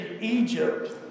Egypt